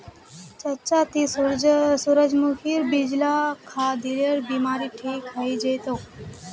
चच्चा ती सूरजमुखीर बीज ला खा, दिलेर बीमारी ठीक हइ जै तोक